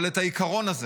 אבל את העיקרון הזה